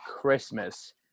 christmas